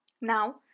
Now